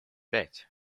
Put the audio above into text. пять